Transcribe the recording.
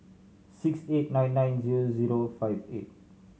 six eight nine nine zero zero five eight